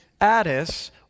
Addis